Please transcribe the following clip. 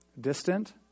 Distant